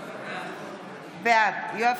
בעד גלעד